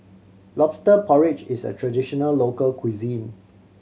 Lobster Porridge is a traditional local cuisine